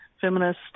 feminist